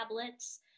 tablets